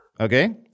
okay